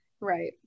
Right